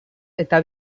eta